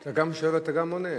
אתה גם שואל ואתה גם עונה.